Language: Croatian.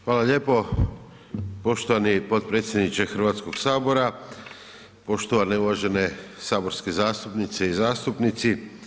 Hvala lijepo poštovani potpredsjedniče Hrvatskoga sabora, poštovane uvažene saborske zastupnice i zastupnici.